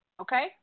Okay